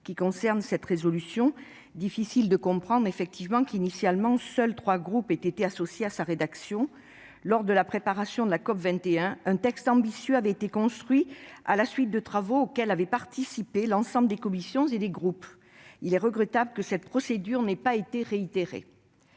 proposition de résolution : il est difficile de comprendre que seuls trois groupes aient été initialement associés à sa rédaction. Lors de la préparation de la COP21, un texte ambitieux avait été construit à la suite de travaux auxquels avaient participé l'ensemble des commissions et des groupes. Il est regrettable que cette procédure n'ait pas été réitérée.